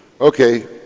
Okay